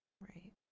Right